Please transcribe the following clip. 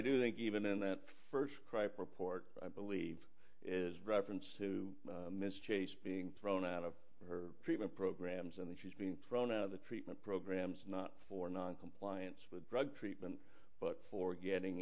do think even in that first cripe report i believe is reference to miss chase being thrown out of her treatment programs and that she's being thrown out of the treatment programs not for noncompliance with drug treatment but for getting